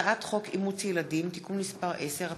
הצעת חוק אימוץ ילדים (תיקון מס' 10),